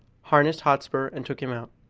harnessed hotspur, and took him out.